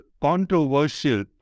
controversial